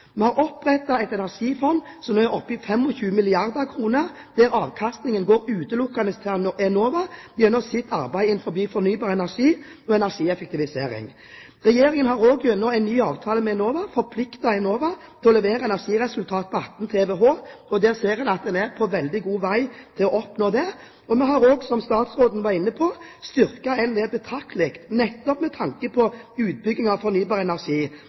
Vi har opprettet et energifond som nå er oppe i 25 milliarder kr, der avkastningen utelukkende går til Enovas arbeid innenfor fornybar energi og energieffektivisering. Regjeringen har gjennom en ny avtale med Enova forpliktet Enova til å levere energiresultater på 18 TWh, og en ser at en er på veldig god vei for å oppnå det. Som statsråden var inne på, har vi styrket NVE betraktelig, nettopp med tanke på utbygging av fornybar energi.